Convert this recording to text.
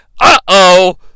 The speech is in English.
Uh-oh